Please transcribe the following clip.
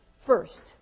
first